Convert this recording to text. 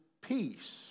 peace